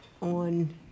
on